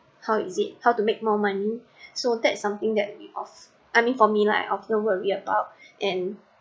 how is it how to make more money so that's something that you of I mean for me like often worry about and